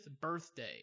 birthday